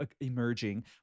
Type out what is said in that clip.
emerging